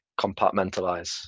compartmentalize